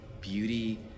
beauty